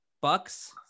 bucks